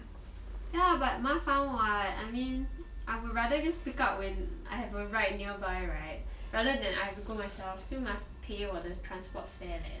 ya but 麻烦 [what] I mean I would rather just pick up when I have a ride nearby right rather than I have to go myself still must pay 我的 transport fare leh